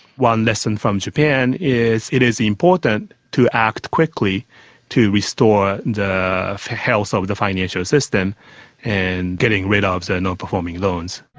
one lesson from japan is it is important to act quickly to restore the health of the financial system and getting rid ah of the non-performing loans.